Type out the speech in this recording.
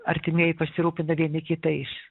artimieji pasirūpina vieni kitais